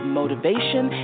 motivation